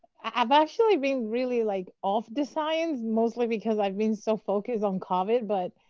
i've actually been really like off the science, mostly because i've been so focused on covid. but